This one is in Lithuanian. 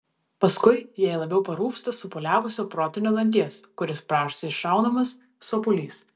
paskui jai labiau parūpsta supūliavusio protinio danties kuris prašosi išraunamas sopulys